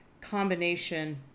combination